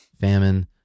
famine